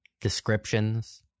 descriptions